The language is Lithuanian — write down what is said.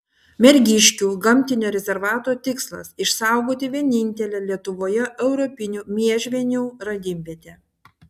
mergiškių gamtinio rezervato tikslas išsaugoti vienintelę lietuvoje europinių miežvienių radimvietę